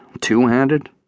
two-handed